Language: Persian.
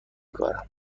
کارم